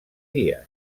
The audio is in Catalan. díaz